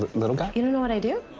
little guy? you don't know what i do?